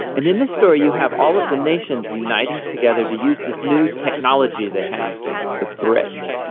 and in this story you have all of the nations uniting together to use this new technology they have the brick.